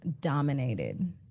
dominated